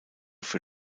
für